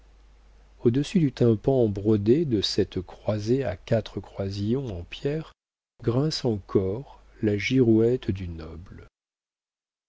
au-dessus du tympan brodé de cette croisée à quatre croisillons en pierre grince encore la girouette du noble